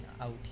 out